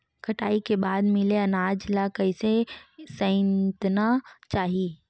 कटाई के बाद मिले अनाज ला कइसे संइतना चाही?